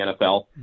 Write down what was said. NFL